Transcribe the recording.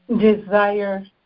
desire